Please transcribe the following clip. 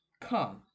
come